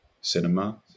cinema